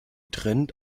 trennt